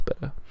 better